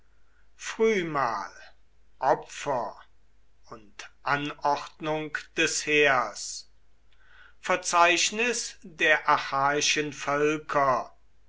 frühmahl opfer und anordnung des heers verzeichnis der achaiischen völker